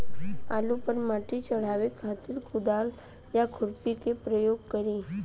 आलू पर माटी चढ़ावे खातिर कुदाल या खुरपी के प्रयोग करी?